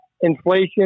inflation